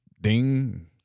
ding